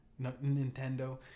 Nintendo